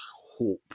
hope